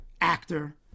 actor